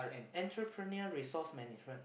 entrepreneur resource management